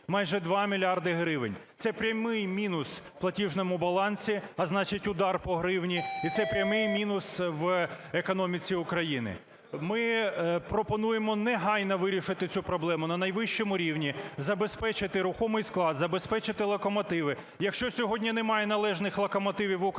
майже 2 мільярди гривень. Це прямий мінус в платіжному балансі, а значить, удар по гривні і це прямий мінус в економіці України. Ми пропонуємо негайно вирішити цю проблему на найвищому рівні, забезпечити рухомий склад, забезпечити локомотиви. Якщо сьогодні немає належних локомотивів в "Укрзалізниці",